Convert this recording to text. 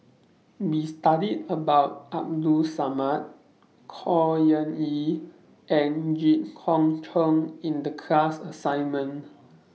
We studied about Abdul Samad Khor Ean Ghee and Jit Koon Ch'ng in The class assignment